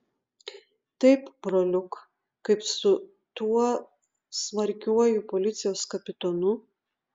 taip broliuk kaip su tuo smarkiuoju policijos kapitonu